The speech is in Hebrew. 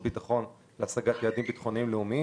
ביטחון להשגת יעדים ביטחוניים-לאומיים,